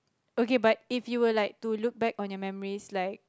okay but if you were like to look back on your memories like